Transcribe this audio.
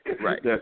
right